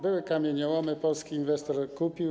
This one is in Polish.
Były kamieniołomy, polski inwestor je kupił.